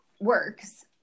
works